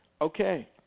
okay